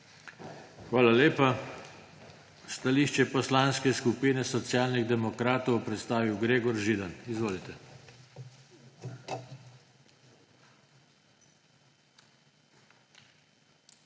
Hvala lepa. Stališče Poslanske skupine Socialnih demokratov bo predstavil Gregor Židan. Izvolite.